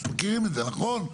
מכירים את זה, נכון?